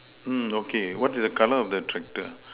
mm okay what is the color of the tractor